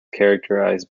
characterised